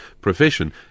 profession